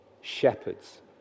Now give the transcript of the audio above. shepherds